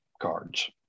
cards